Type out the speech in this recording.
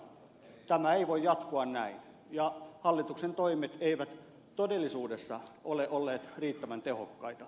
tämä ei voi jatkua näin ja hallituksen toimet eivät todellisuudessa ole olleet riittävän tehokkaita